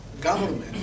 government